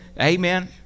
Amen